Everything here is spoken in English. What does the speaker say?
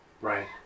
Right